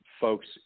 folks